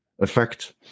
effect